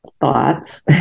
thoughts